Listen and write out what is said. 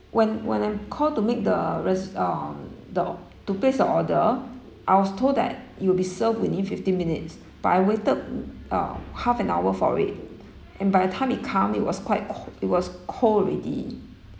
when when I called to make the res~ um the or~ to place the order I was told that you'll be served within fifteen minutes but I waited uh half an hour for it and by the time it come it was quite co~ it was cold already